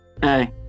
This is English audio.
Hey